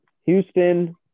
Houston